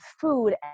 food